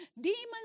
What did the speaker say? Demons